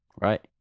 right